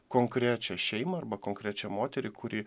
konkrečią šeimą arba konkrečią moterį kuri